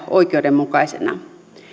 oikeudenmukaisena